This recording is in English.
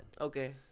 okay